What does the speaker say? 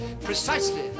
precisely